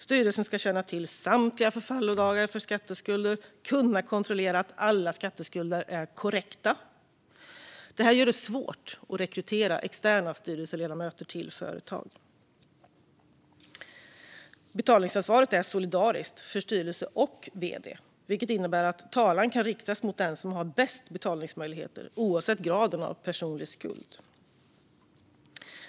Styrelsen ska känna till samtliga förfallodagar för skatteskulder och dessutom kontrollera att alla skatteskulder är korrekta. Detta gör det svårt att rekrytera externa styrelseledamöter till företag. Betalningsansvaret är också solidariskt för styrelse och vd, vilket innebär att talan kan riktas mot den som har bäst betalningsmöjligheter oavsett graden av personlig skuld.